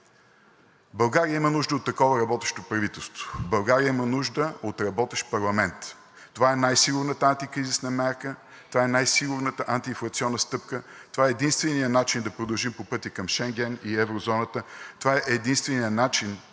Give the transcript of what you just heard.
България има нужда от такова работещо правителство. България има нужда от работещ парламент. Това е най-сигурната антикризисна мярка, това е най-сигурната антиинфлационна стъпка, това е единственият начин да продължим по пътя към Шенген и еврозоната, това е единственият начин България